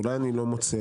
אולי אני לא מוצא,